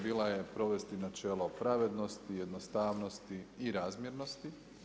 Bila je provesti načelo pravednosti, jednostavnosti i razmjernosti.